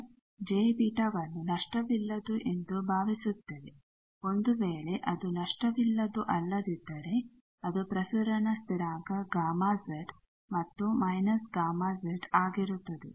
ನಾವು j𝛽 ವನ್ನು ನಷ್ಟವಿಲ್ಲದ್ದು ಎಂದು ಭಾವಿಸುತ್ತೇವೆ ಒಂದು ವೇಳೆ ಅದು ನಷ್ಟವಿಲ್ಲದ್ದು ಅಲ್ಲದಿದ್ದರೆ ಅದು ಪ್ರಸರಣ ಸ್ಥಿರಾಂಕ 𝝲z ಮತ್ತು 𝝲z ಆಗಿರುತ್ತದೆ